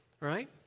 right